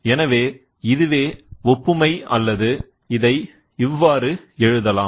எனவே இதுவே ஒப்புமை அல்லது இதை இவ்வாறு எழுதலாம்